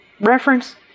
reference